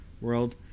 world